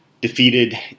defeated